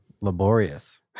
laborious